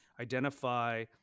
identify